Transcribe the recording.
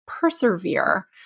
persevere